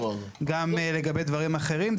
גם לגבי דברים אחרים.